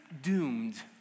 doomed